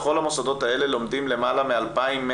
בכל המוסדות האלה לומדים למעלה מ-2,100